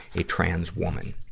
a trans woman.